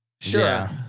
sure